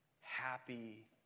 happy